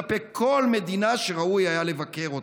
כלפי כל מדינה שראוי היה לבקר אותה.